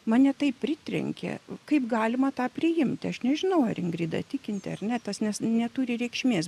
mane taip pritrenkė kaip galima tą priimti aš nežinau ar ingrida tikinti ar ne tas nes neturi reikšmės